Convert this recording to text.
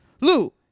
Lou